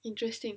interesting